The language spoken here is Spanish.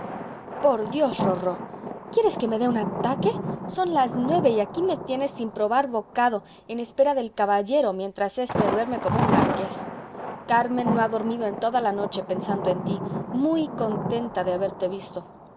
por dios rorró quieres que me dé un ataque son las nueve y aquí me tienes sin probar bocado en espera del caballero mientras éste duerme como un marqués carmen no ha dormido en toda la noche pensando en tí muy contenta de haberte visto